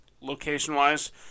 location-wise